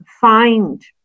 Find